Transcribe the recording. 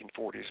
1940s